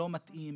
לא מתאים,